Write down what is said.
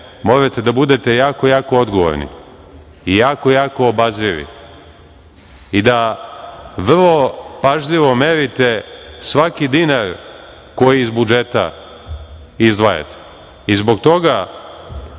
morate da budete jako, jako odgovorni i jako, jako obazrivi i da vrlo pažljivo merite svaki dinar koji iz budžeta izdvajate.